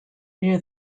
near